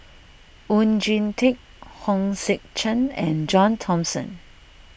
Oon Jin Teik Hong Sek Chern and John Thomson